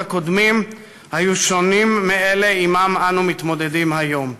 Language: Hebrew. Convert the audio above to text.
הקודמים היו שונות מאלה שעמן אנו מתמודדים היום.